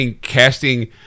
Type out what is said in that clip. casting